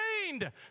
trained